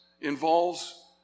involves